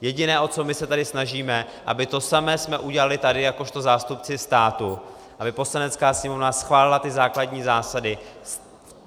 Jediné, o co my se tady snažíme, abychom to samé udělali tady jakožto zástupci státu, aby Poslanecká sněmovna schválila ty základní zásady,